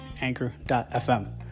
Anchor.fm